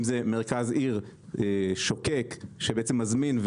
אם זה מרכז עיר שוקק שבעצם מזמין,